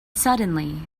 suddenly